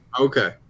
Okay